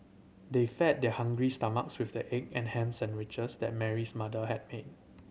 they fed their hungry stomachs with the egg and ham sandwiches that Mary's mother had made